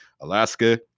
Alaska